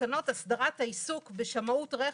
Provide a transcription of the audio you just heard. הסדרת העיסוק בשמאות רכב,